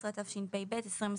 19), התשפ"ב-2021.